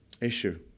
issue